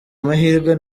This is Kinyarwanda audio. amahirwe